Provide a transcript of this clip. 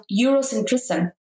Eurocentrism